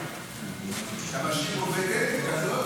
אתה משאיר עובדת כזאת